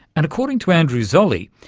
and according to andrew zolli,